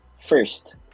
first